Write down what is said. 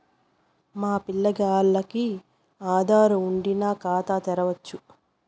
మా పిల్లగాల్లకి ఆదారు వుండిన ఖాతా తెరవచ్చు